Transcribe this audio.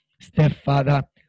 stepfather